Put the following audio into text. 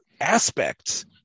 aspects